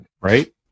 right